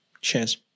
cheers